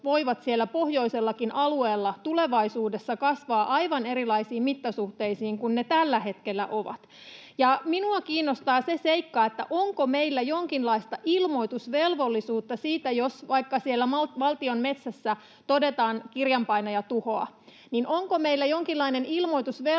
siellä pohjoisellakin alueella tulevaisuudessa kasvaa aivan erilaisiin mittasuhteisiin kuin missä ne tällä hetkellä ovat. Ja minua kiinnostaa se seikka, onko meillä jonkinlaista ilmoitusvelvollisuutta siitä, jos vaikka siellä valtion metsässä todetaan kirjanpainajatuhoa. Onko meillä jonkinlainen ilmoitusvelvollisuus